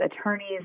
attorneys